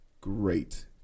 great